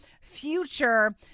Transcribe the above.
future